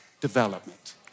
development